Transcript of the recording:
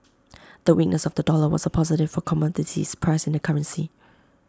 the weakness of the dollar was A positive for commodities priced in the currency